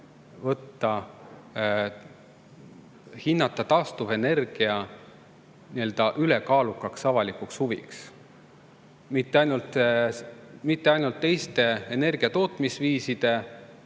valik hinnata taastuvenergia ülekaalukaks avalikuks huviks, mitte ainult teiste energiatootmisviiside